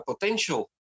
potential